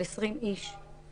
של 20 איש.